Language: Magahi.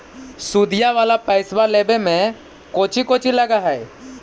सुदिया वाला पैसबा लेबे में कोची कोची लगहय?